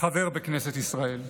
חבר בכנסת ישראל.